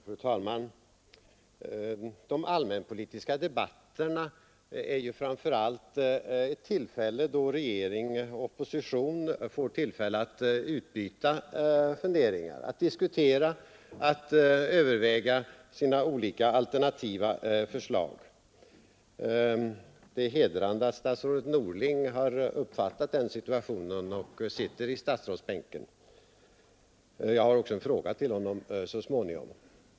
Fru talman! De allmänpolitiska debatterna är framför allt ett tillfälle för regering och opposition att utbyta meningar, att diskutera, att överväga sina olika, alternativa förslag. Det är hedrande att statsrådet Norling har uppfattat den situationen och sitter i statsrådsbänken; jag har också en fråga till honom så småningom.